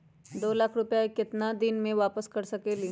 दो लाख रुपया के केतना दिन में वापस कर सकेली?